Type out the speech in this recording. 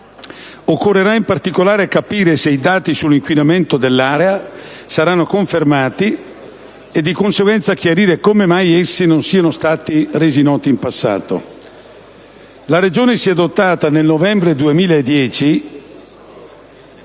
Occorrerà, in particolare, capire se i dati sull'inquinamento dell'area saranno confermati e, di conseguenza, chiarire come mai essi non siano stati resi noti in passato. La Regione si è dotata, nel novembre 2010,